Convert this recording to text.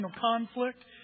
conflict